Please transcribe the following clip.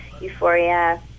euphoria